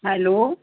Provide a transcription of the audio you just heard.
hello